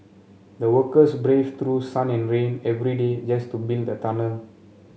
the workers braved through sun and rain every day just to build the tunnel